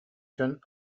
дьон